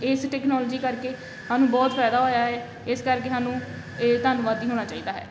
ਇਸ ਟੈਕਨੋਲਜੀ ਕਰਕੇ ਸਾਨੂੰ ਬਹੁਤ ਫਾਇਦਾ ਹੋਇਆ ਹੈ ਇਸ ਕਰਕੇ ਸਾਨੂੰ ਇਹ ਧੰਨਵਾਦੀ ਹੋਣਾ ਚਾਹੀਦਾ ਹੈ